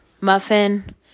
muffin